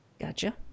Gotcha